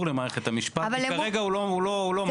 למערכת המשפט כי כרגע הוא לא משהו.